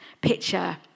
picture